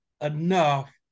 enough